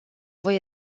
voi